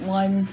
one